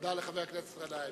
תודה לחבר הכנסת גנאים.